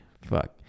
fuck